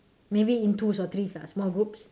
maybe in twos or threes ah small groups